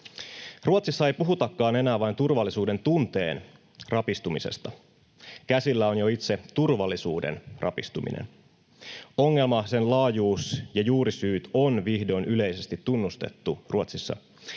Ruotsissa ei puhutakaan enää vain turvallisuudentunteen rapistumisesta, käsillä on jo itse turvallisuuden rapistuminen. Ongelma, sen laajuus ja juurisyyt on vihdoin yleisesti tunnustettu Ruotsissa: